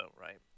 right